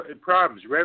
problems